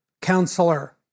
Counselor